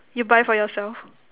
you buy for yourself